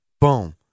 boom